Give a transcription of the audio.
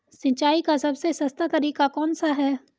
सिंचाई का सबसे सस्ता तरीका कौन सा है?